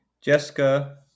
Jessica